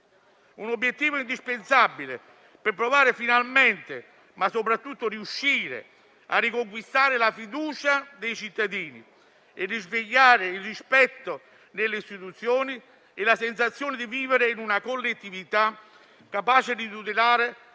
Un obiettivo indispensabile per provare finalmente, ma soprattutto riuscire a riconquistare la fiducia dei cittadini, risvegliando il rispetto nelle Istituzioni e la sensazione di vivere in una collettività capace di tutelare